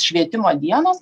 švietimo dienos